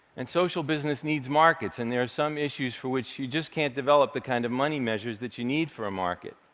and social business needs markets, and there are some issues for which you just can't develop the kind of money measures that you need for a market.